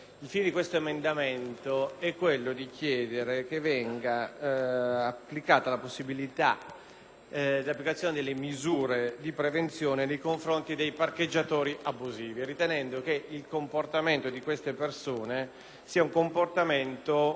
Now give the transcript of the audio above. l'applicazione delle misure di prevenzione nei confronti dei parcheggiatori abusivi, ritenendo che il comportamento di questa persone incide oltremodo in maniera negativa nei confronti della qualità della vita delle persone, rientrando nella cosiddetta